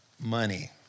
money